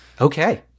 Okay